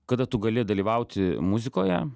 kada tu gali dalyvauti muzikoje